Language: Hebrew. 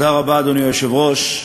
אדוני היושב-ראש,